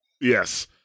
Yes